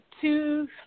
two